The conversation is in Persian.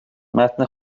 متن